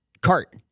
cart